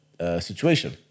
situation